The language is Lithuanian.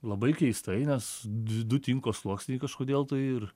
labai keistai nes dv du tinko sluoksniai kažkodėl tai ir